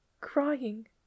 crying